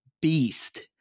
beast